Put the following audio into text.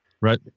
Right